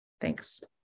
Thanks